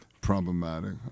problematic